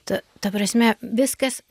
ta ta prasme viskas